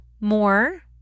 more